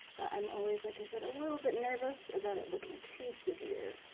i'm always, like i said, a little bit nervous about it looking too severe.